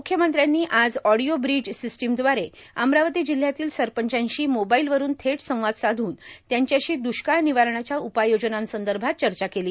म्ख्यमंत्र्यांनी आज audio bridge system दवारे अमरावती जिल्ह्यातील सरपंचांशी मोबाईलवरुन थेट संवाद साधून त्यांच्याशी दुष्काळ निवारणाच्या उपाययोजनांसंदर्भात चर्चा केली